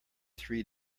three